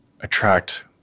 attract